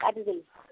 ଆ ଦ